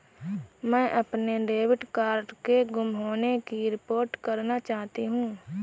मैं अपने debit card के गुम होने की रिपोर्ट करना चाहती हूँ